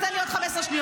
תן לי עוד 15 שניות.